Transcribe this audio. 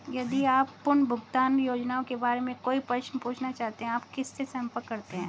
यदि आप पुनर्भुगतान योजनाओं के बारे में कोई प्रश्न पूछना चाहते हैं तो आप किससे संपर्क करते हैं?